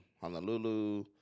Honolulu